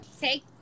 Take